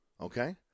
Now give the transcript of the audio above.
Okay